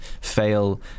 fail